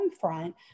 front